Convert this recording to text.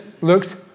looks